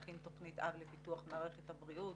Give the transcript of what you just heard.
מישהו היה צריך להכין תוכנית אב לפיתוח מערכת הבריאות